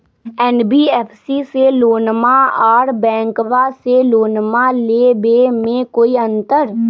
NBFC से लोनमा आर बैंकबा से लोनमा ले बे में कोइ अंतर?